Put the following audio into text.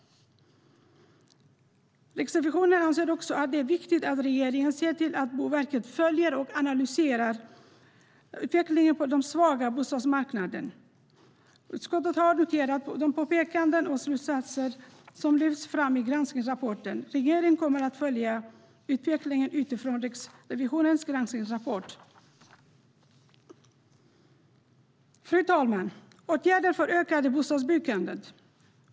Riksrevisionen anser också att det är viktigt att regeringen ser till att Boverket följer och analyserar utvecklingen på de svaga bostadsmarknaderna. Utskottet har noterat de påpekanden och slutsatser som lyfts fram i granskningsrapporten. Regeringen kommer att följa utvecklingen utifrån Riksrevisionens granskningsrapport. Fru talman! Jag går vidare till åtgärder för ett ökat bostadsbyggande.